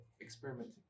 experimenting